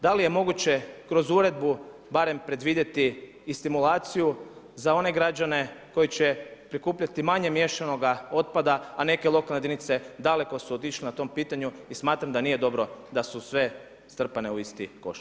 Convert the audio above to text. Da li je moguće kroz uredbu barem predvidjeti i stimulaciju za one građane koji će prikupljati manje miješanoga otpada, a neke lokalne jedinice daleko su otišle na tom pitanju i smatram da nije dobro da su sve strpane u isti koš.